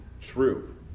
true